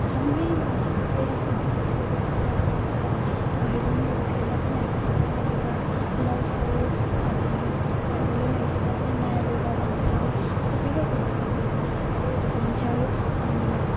रमाइलो हुन्छ सबै आफ्नो मान्छेहरूको घरतिर जाँदा र भैलेनीहरू खेल्दा पनि हामीले नयाँ लुगा लगाउँछौँ अनि अब ए भैलेनी खेल्दा पनि नयाँ लुगा लगाउँछौँ सबैको घरमा भैलेनी खेल्दै हिँड्छौँ अनि